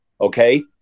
Okay